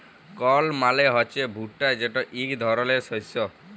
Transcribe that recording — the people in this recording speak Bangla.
কর্ল মালে হছে ভুট্টা যেট ইক ধরলের শস্য